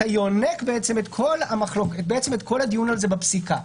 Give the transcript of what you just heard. אתה יונק בעצם את כל הדיון בפסיקה.